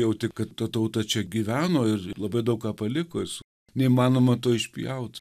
jauti kad ta tauta čia gyveno ir labai daug ką palikus neįmanoma to išpjaut